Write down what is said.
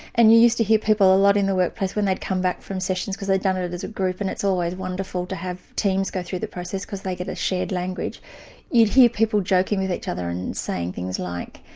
and you used to hear people a lot in the workplace when they'd come back from sessions because they'd done it it as a group and it's always wonderful to have teams go through the process because they get a shared language you'd hear people joking with each other and saying things like,